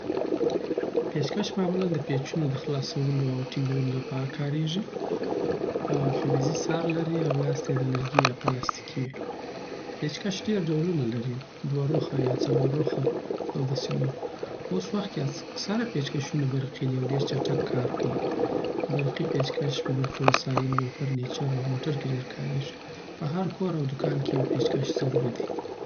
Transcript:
پېچ کش معمولا د پېچونو د خلاصولو او ټینګولو لپاره کارېږي. فلزي سر لري او لاستی یې د لرګي یا پلاستیکي وي. پېچ کش ‌‌‌ډېر ډولونه لري، دوه ورخه یا څلور رخه او داسی نور اوس وخت کی اکثره پیچکشونه برقی دی او ډیر چټک کار کوی برقی پیچکش په برقي وسایلو، فرنیچر، او موټرو کی ‌‌‌ډېره کارېږي. په هر کور او دوکان کی یو پېچ کش ضروری دی